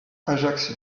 ajaccio